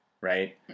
Right